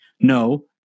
no